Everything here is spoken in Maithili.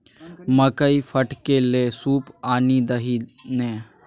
मकई फटकै लए सूप आनि दही ने